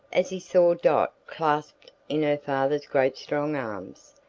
as he saw dot clasped in her father's great strong arms,